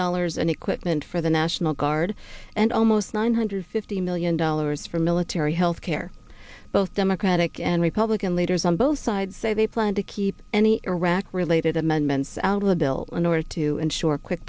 dollars in equipment for the national guard and almost nine hundred fifty million dollars for military health care both democratic and republican leaders on both sides say they plan to keep any iraq related amendments out of the bill in order to ensure qui